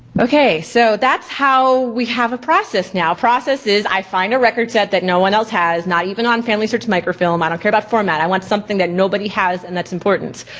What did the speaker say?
okay so that's how we have a process now. process is i find a record set that no one else has, not even on familysearch microfilm. i don't care about format, i want something that nobody has and that's important.